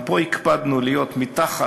גם פה הקפדנו להיות מתחת